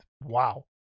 Wow